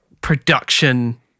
production